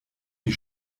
die